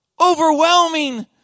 overwhelming